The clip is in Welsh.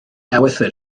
ewythr